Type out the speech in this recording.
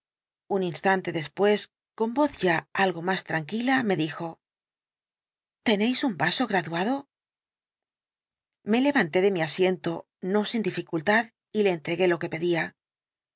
un instante después con voz ya algo más tranquila me dijo tenéis un vaso graduado me levanté de mi asiento no sin dificultad y le entregué lo que pedía